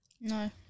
No